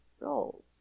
roles